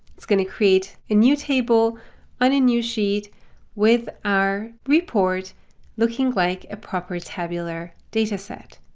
it's going to create a new table on a new sheet with our report looking like a proper tabular data set.